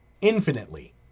infinitely